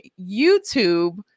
YouTube